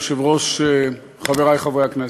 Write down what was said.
אדוני היושב-ראש, תודה רבה, חברי חברי הכנסת,